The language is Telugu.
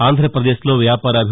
ఆంధ్రప్రదేశ్లో వ్యాపారాబి